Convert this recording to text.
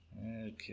Okay